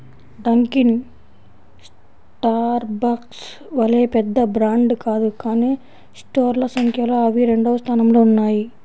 Dunkin Starbucks వలె పెద్ద brand కాదు కానీ స్టోర్ల సంఖ్యలో అవి రెండవ స్థానంలో ఉన్నాయి